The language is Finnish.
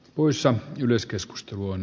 muissa yleiskeskustelu on